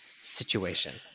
situation